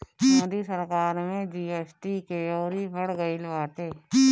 मोदी सरकार में जी.एस.टी के अउरी बढ़ गईल बाटे